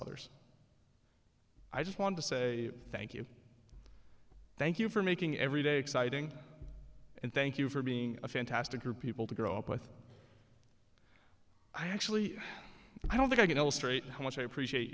others i just want to say thank you thank you for making every day exciting and thank you for being a fantastic your people to grow up with i actually i don't think i can illustrate how much i appreciate